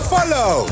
Follow